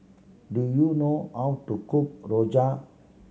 do you know how to cook rojak